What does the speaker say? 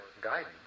guidance